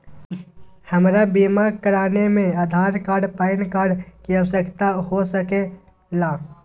हमरा बीमा कराने में आधार कार्ड पैन कार्ड की आवश्यकता हो सके ला?